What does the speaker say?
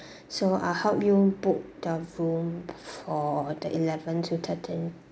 so I'll help you book the room for the eleven to thirteen